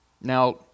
Now